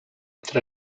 tra